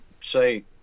say